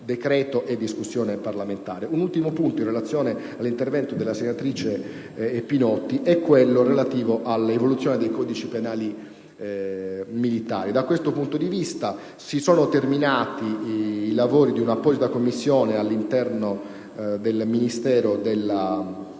Un ultimo punto, cui ha fatto riferimento la senatrice Pinotti, è quello relativo all'evoluzione dei codici penali militari. Da questo punto di vista, sono terminati i lavori di un'apposita Commissione all'interno del Ministero della difesa e,